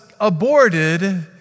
aborted